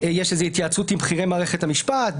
יש איזה התייעצות עם בכירי מערכת המשפט,